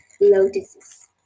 lotuses